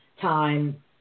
time